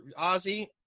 ozzy